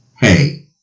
Hey